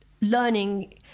learning